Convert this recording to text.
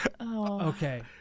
Okay